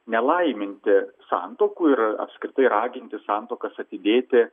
nelaiminti santuokų ir apskritai raginti santuokas atidėti